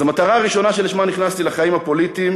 אז המטרה הראשונה שלשמה נכנסתי לחיים הפוליטיים